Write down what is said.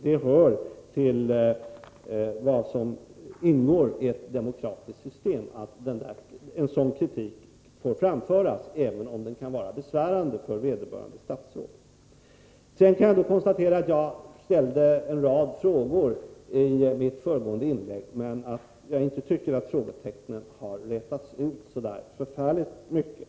Det ingår i ett demokratiskt system att en sådan kritik får framföras, även om den kan vara besvärande för vederbörande statsråd. Jag ställde en rad frågor i mitt föregående inlägg, men jag måste konstatera att frågetecknen inte rätats ut så där förfärligt mycket.